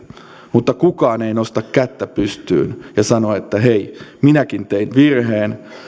mutta kukaan ei nosta kättä pystyyn ja sano että hei minäkin tein virheen